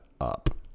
up